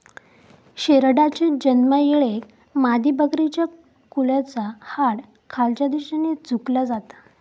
शेरडाच्या जन्मायेळेक मादीबकरीच्या कुल्याचा हाड खालच्या दिशेन झुकला जाता